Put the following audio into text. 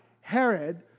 Herod